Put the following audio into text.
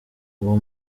uwo